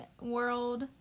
world